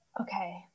okay